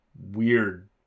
weird